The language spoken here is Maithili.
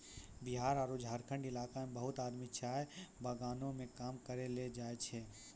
बिहार आरो झारखंड इलाका सॅ बहुत आदमी चाय बगानों मॅ काम करै ल जाय छै